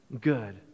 good